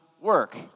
work